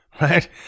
right